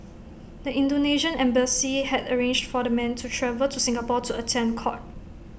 the Indonesian embassy had arranged for the men to travel to Singapore to attend court